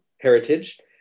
heritage